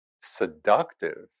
seductive